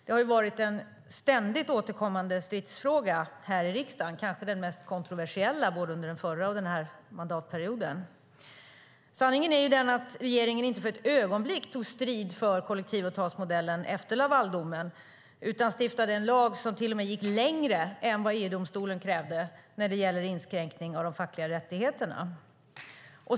Det har varit en ständigt återkommande stridsfråga här i riksdagen och kanske den mest kontroversiella både under den förra mandatperioden och under denna mandatperiod. Sanningen är att regeringen inte för ett ögonblick tog strid för kollektivavtalsmodellen efter Lavaldomen, utan det stiftades en lag som till och med gick längre än vad EU-domstolen krävde när det gäller inskränkning av de fackliga rättigheterna.